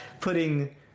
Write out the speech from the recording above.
putting